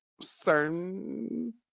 certain